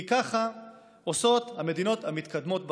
כי ככה עושות המדינות המתקדמות בעולם.